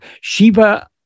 Shiva